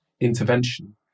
intervention